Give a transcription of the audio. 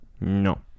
No